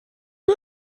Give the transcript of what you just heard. weg